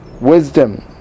wisdom